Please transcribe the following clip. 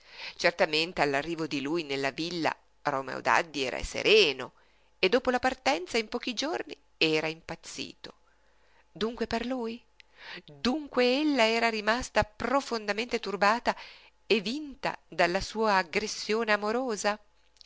certamente all'arrivo di lui nella villa romeo daddi era sereno e dopo la partenza in pochi giorni era impazzito dunque per lui dunque ella era rimasta profondamente turbata e vinta dalla sua aggressione amorosa